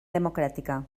democràtica